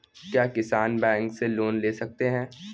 क्या किसान बैंक से लोन ले सकते हैं?